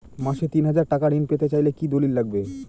মাসে তিন হাজার টাকা ঋণ পেতে চাইলে কি দলিল লাগবে?